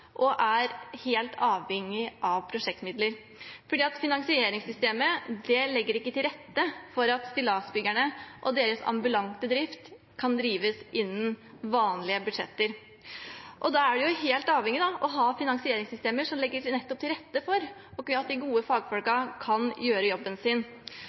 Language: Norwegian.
og er helt avhengig av prosjektmidler, for finansieringssystemet legger ikke til rette for at Stillasbyggerne og deres ambulante drift kan drives innenfor vanlige budsjetter. Man er helt avhengig av å ha finansieringssystemer som legger til rette for at de gode fagfolkene kan gjøre jobben sin.